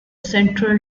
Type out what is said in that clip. central